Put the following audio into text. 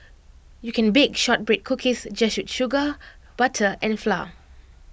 you can bake Shortbread Cookies just with sugar butter and flour